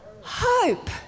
hope